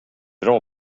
bra